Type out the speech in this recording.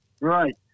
Right